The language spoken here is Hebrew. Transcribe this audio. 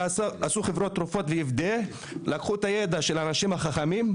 חברות התרופות --- לקחו את הידע של האנשים החכמים,